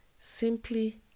Simply